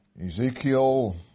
Ezekiel